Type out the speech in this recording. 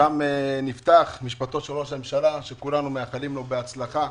שם נפתח משפטו של ראש הממשלה שכולנו מאחלים לו בהצלחה.